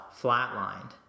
flatlined